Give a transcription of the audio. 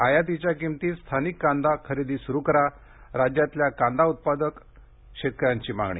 आयातीच्या किंमतीत स्थानिक कांदा खरेदी सुरू करा नाशिकच्या कांदा उत्पादक शेतकऱ्यांची मागणी